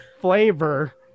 flavor